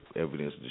evidence